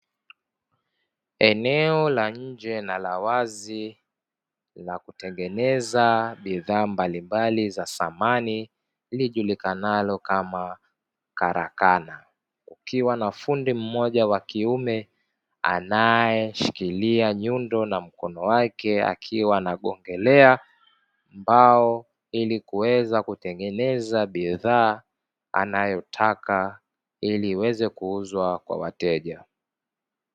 Eneo la nje na la wazi la kutengeneza bidhaa mbalimbali za samani, lijulikanalo kama karakana. Kukiwa na fundi mmoja wa kiume, anayeshikilia nyundo na mkono wake akiwa na anagongelea mbao, ili kuweza kutengeneza bidhaa anayotaka ili iweze kuuzwa kwa wateja.